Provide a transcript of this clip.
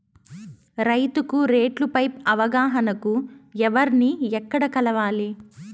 రైతుకు రేట్లు పై అవగాహనకు ఎవర్ని ఎక్కడ కలవాలి?